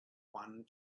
one